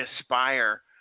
aspire